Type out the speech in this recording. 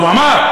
הוא אמר,